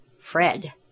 Fred